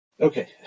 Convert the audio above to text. Okay